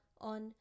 on